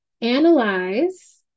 Analyze